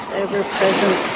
ever-present